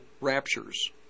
raptures